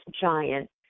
giant